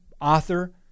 author